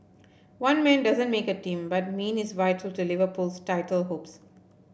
one man doesn't make a team but Mane is vital to Liverpool's title hopes